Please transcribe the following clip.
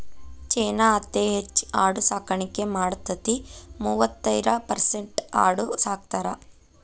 ಚೇನಾ ಅತೇ ಹೆಚ್ ಆಡು ಸಾಕಾಣಿಕೆ ಮಾಡತತಿ, ಮೂವತ್ತೈರ ಪರಸೆಂಟ್ ಆಡು ಸಾಕತಾರ